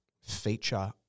feature